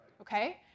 Okay